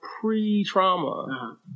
pre-trauma